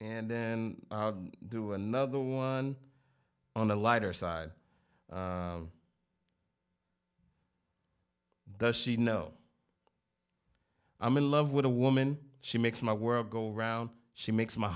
and then do another one on the lighter side does she know i'm in love with a woman she makes my world go round she makes my